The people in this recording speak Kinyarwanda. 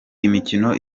imikino